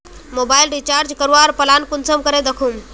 Mobile recharge करवार plan कुंसम करे दखुम?